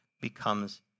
becomes